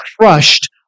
crushed